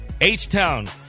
H-Town